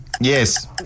Yes